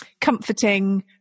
comforting